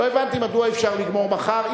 לא הבנתי מדוע אי-אפשר לגמור מחר,